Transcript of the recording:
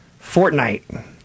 Fortnite